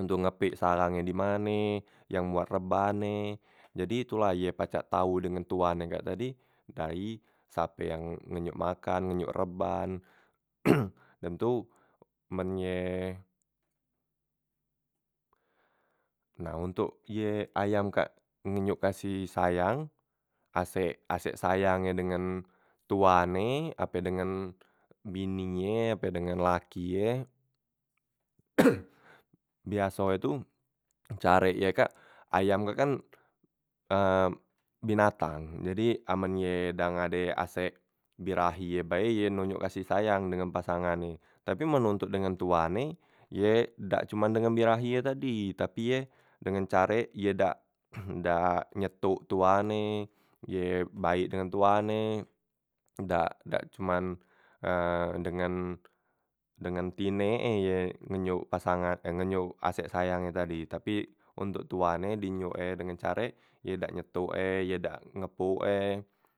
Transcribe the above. ontok ngepik sarangnye dimane, yang muat rebane, jadi tu la ye pacak tau dengan tuan e kak tadi dayi sape yang ngenyuk makan, ngenyuk reban dem tu men ye, nah ontok ye ayam kak ngenyuk kasih sayang, asek asek sayang dengan tuan e ape dengan bininye ape dengan laki ye biaso e tu carek ye kak ayam kak kan binatang, jadi amen ye da ngade asek birahi ye bae ye nunyuk kasih sayang dengan pasangannye, tapi men ontok dengan tuan e ye dak cuman dengan birahi ye tadi, tapi ye dengan carek ye dak dak nyetuk tuan e, ye baik dengan tuan e, dak dak cuman dengan dengan tine e ye ngeyuk pasangan eh ngenyuk asek sayangnye tadi, tapi untuk tuannye di nyuk e dengen carek ye dak nyetuk e, ye dak ngepuk e.